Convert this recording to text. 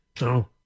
No